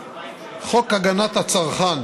חוק הגנת הצרכן